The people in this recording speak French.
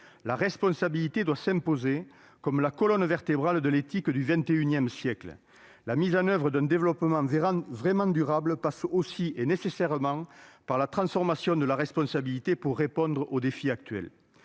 La responsabilité doit s'imposer comme la « colonne vertébrale de l'éthique du XXI siècle ». La mise en oeuvre d'un développement vraiment durable passe aussi, et nécessairement, par la transformation de la responsabilité pour répondre aux défis actuels.